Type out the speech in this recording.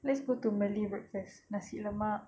let's put to malay breakfast nasi lemak